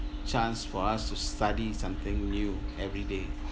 chance for us to study something new every day